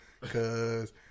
cause